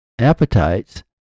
appetites